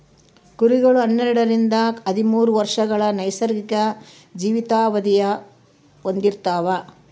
ಕುರಿಗಳು ಹನ್ನೆರಡರಿಂದ ಹದಿಮೂರು ವರ್ಷಗಳ ನೈಸರ್ಗಿಕ ಜೀವಿತಾವಧಿನ ಹೊಂದಿರ್ತವ